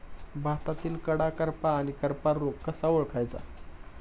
भातावरील कडा करपा आणि करपा रोग कसा ओळखायचा?